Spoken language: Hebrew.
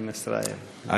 פעם שנייה קורה לי כבר.